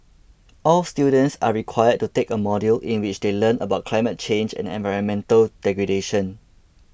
all students are required to take a module in which they learn about climate change and environmental degradation